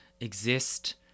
exist